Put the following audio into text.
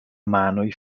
manoj